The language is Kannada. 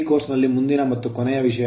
ಈ ಕೋರ್ಸ್ ನಲ್ಲಿ ಮುಂದಿನ ಮತ್ತು ಕೊನೆಯ ವಿಷಯ